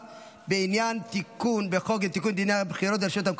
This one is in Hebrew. בוועדת העבודה והרווחה,